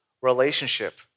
relationship